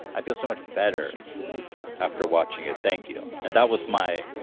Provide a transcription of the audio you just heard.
i feel so much better after watching it. thank you. and that was my